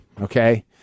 Okay